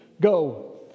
Go